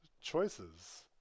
Choices